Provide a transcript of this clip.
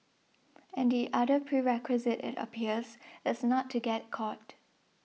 and the other prerequisite it appears is not to get caught